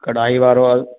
कढ़ाई वारो